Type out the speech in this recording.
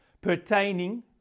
pertaining